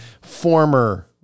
former